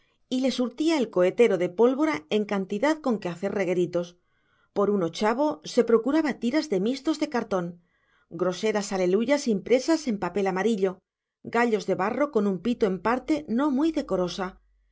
y le surtía el cohetero de pólvora en cantidad con que hacer regueritos por un ochavo se procuraba tiras de mistos de cartón groseras aleluyas impresas en papel amarillo gallos de barro con un pito en parte no muy decorosa